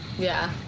yeah,